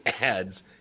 ads